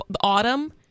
autumn